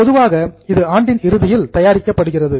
பொதுவாக இது ஆண்டின் இறுதியில் தயாரிக்கப்படுகிறது